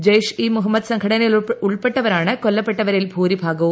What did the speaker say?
ജെയ്ഷ് ഇ് മുഹമ്മദ് സംഘടനയിൽപ്പെട്ടവരാണ് കൊല്ലപ്പെട്ടവരിൽ ഭൂരിഭാഗ്വും